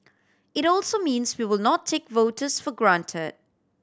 it also means we will not take voters for granted